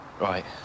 Right